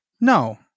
no